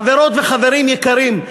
חברות וחברים יקרים,